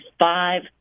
five